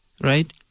right